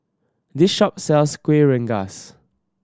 this shop sells Kueh Rengas